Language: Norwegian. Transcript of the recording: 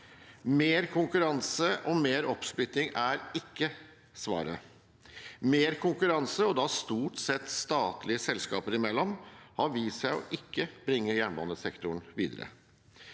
Mer konkurranse og mer oppsplitting er ikke svaret. Mer konkurranse, og da stort sett statlige selskaper imellom, har vist seg å ikke bringe jernbanesektoren videre.